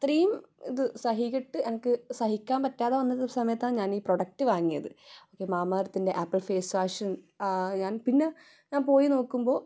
അത്രയും ഇത് സഹികെട്ട് എനിക്ക് സഹിക്കാൻ പറ്റാതെ വന്നത് ഈ സമയത്താ ഞാൻ ഈ പ്രോഡക്റ്റ് വാങ്ങിയത് ഒക്കെ മാമാ എർത്തിൻ്റെ ആപ്പിൾ ഫേസ് വാഷ് പിന്നെ ഞാൻ പോയി നോക്കുമ്പോൾ